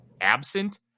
absent